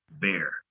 bear